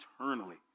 eternally